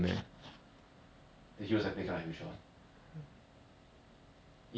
but then right in the post game right analytics rarely hyper get M_V_P other than that lie do a lot